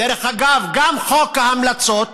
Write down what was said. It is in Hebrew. דרך אגב, גם חוק ההמלצות,